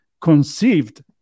conceived